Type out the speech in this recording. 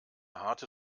harte